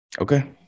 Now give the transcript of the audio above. Okay